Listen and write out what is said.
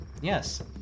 Yes